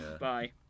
Bye